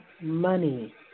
money